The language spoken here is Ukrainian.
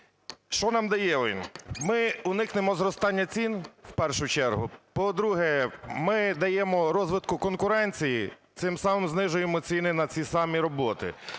Що нам дає він? Ми уникнемо зростання цін в першу чергу. По-друге, ми даємо розвиток конкуренції, цим самим знижуємо ціни на ці самі роботи.